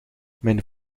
mijn